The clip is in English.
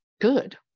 good